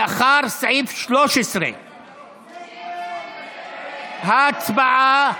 לאחר סעיף 13. הסתייגות 7 לא נתקבלה.